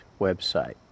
website